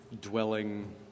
dwelling